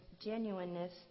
genuineness